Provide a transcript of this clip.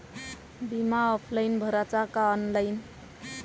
बिमा ऑफलाईन भराचा का ऑनलाईन?